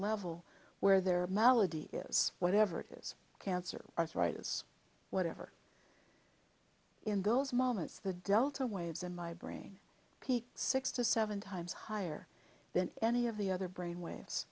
level where there are malady is whatever it is cancer arthritis whatever in those moments the delta waves in my brain peak six to seven times higher than any of the other brain waves